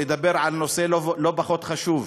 לדבר על נושא לא פחות חשוב,